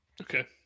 Okay